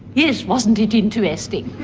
yes, wasn't it interesting.